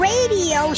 Radio